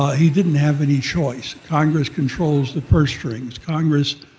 he didn't have any choice, congress controls the purse strings. congress,